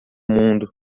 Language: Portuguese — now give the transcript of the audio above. mundo